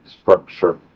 structure